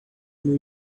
new